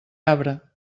arbre